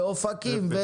אופקים,